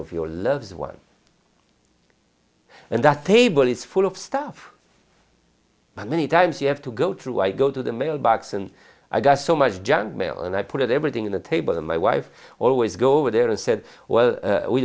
of your loved one and that table is full of stuff but many times you have to go through i go to the mailbox and i got so much junk mail and i put everything on the table and my wife always go over there and said well